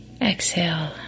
Exhale